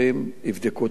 יבדקו את הדברים,